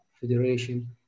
Federation